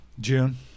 June